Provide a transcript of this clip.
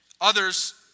Others